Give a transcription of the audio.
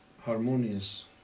harmonious